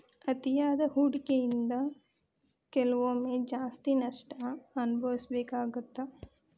ಅತಿಯಾದ ಹೂಡಕಿಯಿಂದ ಕೆಲವೊಮ್ಮೆ ಜಾಸ್ತಿ ನಷ್ಟ ಅನಭವಿಸಬೇಕಾಗತ್ತಾ